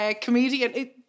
comedian